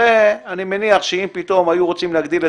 הרי אני מניח שאם פתאום היו רוצים להגדיל את